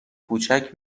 کوچک